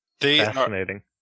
Fascinating